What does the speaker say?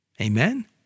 Amen